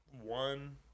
One